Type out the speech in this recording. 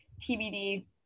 TBD